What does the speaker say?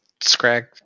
Scrag